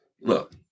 look